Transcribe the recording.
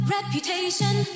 Reputation